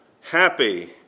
happy